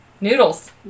Noodles